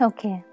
Okay